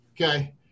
Okay